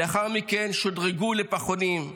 לאחר מכן שודרגו לפחונים,